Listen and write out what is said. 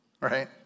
right